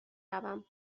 روم